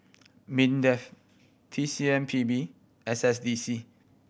MINDEF T C M P B S S D C